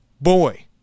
boy